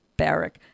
barrack